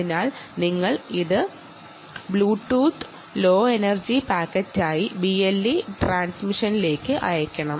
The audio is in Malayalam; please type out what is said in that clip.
അതിനാൽ നിങ്ങൾ ഇത് ബ്ലൂടൂത്ത് ലോ എനർജി പാക്കറ്റായി BLE ട്രാൻസ്മിഷനിലേക്ക് അയയ്ക്കണം